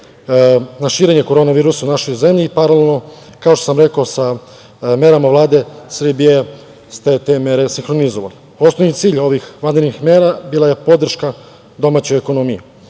na širenje korona virusa u našoj zemlji i paralelno, kao što sam rekao, sa merama Vlade Srbije ste te mere sinhronizovali. Osnovni cilj ovih vanrednih mera bila je podrška domaćoj ekonomiji.